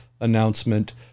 announcement